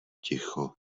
ticho